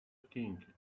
king